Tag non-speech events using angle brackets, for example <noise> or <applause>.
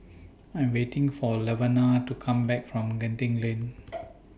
I Am waiting For Laverna to Come Back from Genting Lane <noise>